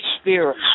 spirit